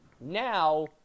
Now